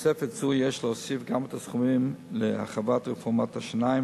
לתוספת זו יש להוסיף גם את הסכומים להרחבת רפורמת השיניים,